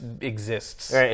exists